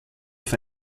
auf